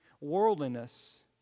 worldliness